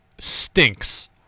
stinks